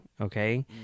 okay